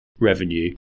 revenue